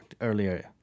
earlier